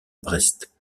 brest